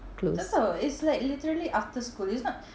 close